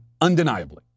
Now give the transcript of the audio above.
undeniably